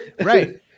Right